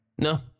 No